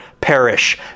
perish